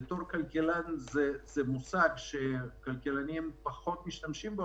זה מושג שכלכלנים פחות משתמשים בו,